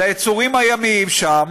על היצורים הימיים שם,